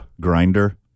grinder